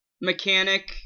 mechanic